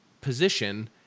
position